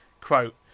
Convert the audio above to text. quote